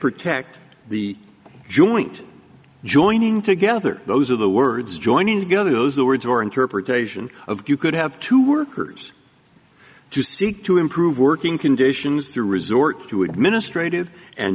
protect the joint joining together those are the words joining together the words or interpretation of you could have two workers to seek to improve working conditions through resort to administrative and